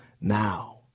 now